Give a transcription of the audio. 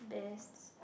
best